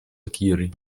akiri